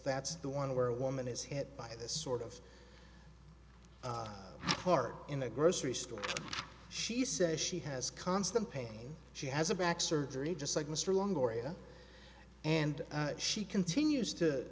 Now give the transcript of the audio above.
that's the one where a woman is hit by this sort of part in the grocery store she says she has constant pain she has a back surgery just like mr long or either and she continues to